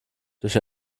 durch